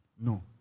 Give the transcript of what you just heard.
No